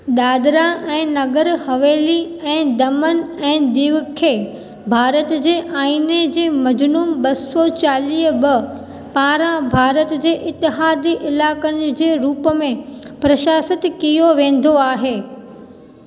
दादर ऐं नागर हवेली ऐं दमन ऐं दीव खे भारत जे आईनि जे मज़मून ॿ सौ चालीह ॿ पारां भारत जे इतिहादी इलाक़नि जे रूप में प्रशासितु कयो वेंदो आहे